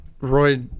Roy